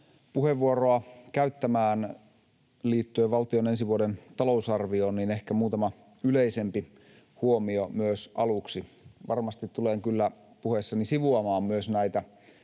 puheenvuoroa käyttämään liittyen valtion ensi vuoden talousarvioon, niin ehkä muutama yleisempi huomio myös aluksi. Varmasti tulen kyllä puheessani sivuamaan myös näitä